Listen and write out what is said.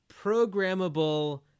programmable